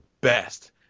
best